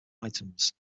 items